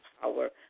power